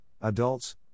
adults